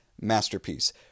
masterpiece